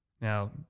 Now